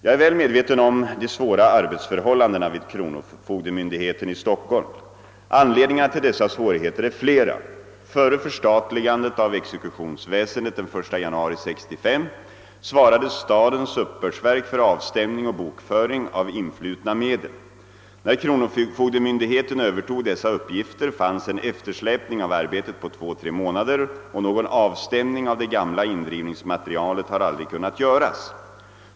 Jag är väl medveten om de svåra arbetsförhållandena vid kronofogdemyndigheten i Stockholm. Anledningarna till dessa svårigheter är flera. Före förstatligandet av exekutionsväsendet den 1 januari 1965 svarade stadens uppbördsverk för avstämning och bokföring av influtna medel. När kronofogdemyndigheten övertog dessa uppgifter fanns en eftersläpning av arbetet på två—tre månader och någon avstämning av det gamla indrivningsmaterialet har aldrig kunnat göras.